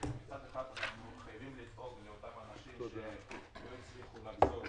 מצד אחד אנחנו חייבים לדאוג לאותם אנשים שלא הצליחו לחזור